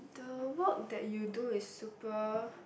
the work that you do is super